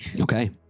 Okay